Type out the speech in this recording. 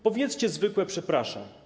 Powiedzcie zwykłe „przepraszam”